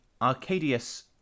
Arcadius